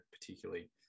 particularly